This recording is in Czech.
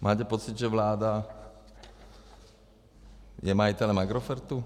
Máte pocit, že vláda je majitelem Agrofertu?